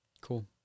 Cool